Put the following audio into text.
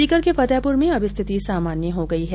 सीकर के फतेहपुर में अब स्थिति सामान्य हो गई है